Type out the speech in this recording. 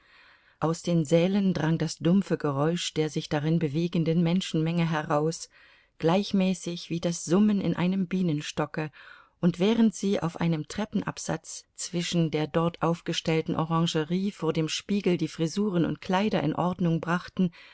aus den sälen drang das dumpfe geräusch der sich darin bewegenden menschenmenge heraus gleichmäßig wie das summen in einem bienenstocke und während sie auf einem treppenabsatz zwischen der dort aufgestellten orangerie vor dem spiegel die frisuren und kleider in ordnung brachten